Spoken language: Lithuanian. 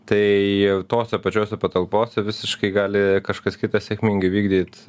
tai tose pačiose patalpose visiškai gali kažkas kitas sėkmingai vykdyt